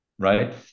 Right